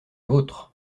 vôtre